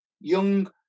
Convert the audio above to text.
young